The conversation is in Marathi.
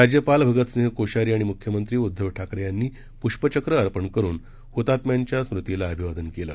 राज्यपाल भगतसिंह कोश्यारी आणि मुख्यमंत्री उद्दव ठाकरे यांनी पुष्पचक्र अर्पण करून हुतात्म्यांच्या स्मृतीला अभिवादन केलं